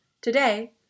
Today